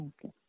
Okay